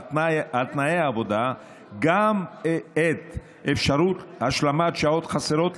תנאי העבודה גם את אפשרות השלמת שעות חסרות,